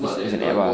it's an app~ ah